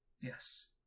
Yes